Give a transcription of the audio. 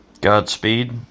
Godspeed